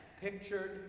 pictured